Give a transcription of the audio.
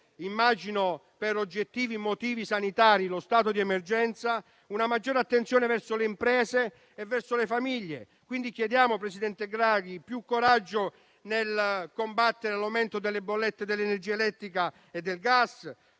immagino per oggettivi motivi sanitari, lo stato di emergenza. Occorre una maggior attenzione verso le imprese e le famiglie. Chiediamo quindi, signor presidente Draghi, più coraggio nel combattere l'aumento delle bollette dell'energia elettrica e del gas,